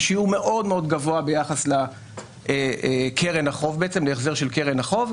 וזה שיעור גבוה מאוד ביחס להחזר של קרן החוב.